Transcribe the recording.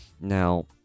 Now